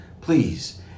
Please